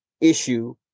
issue